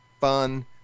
fun